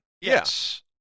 Yes